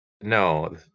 No